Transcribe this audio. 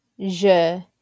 je